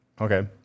Okay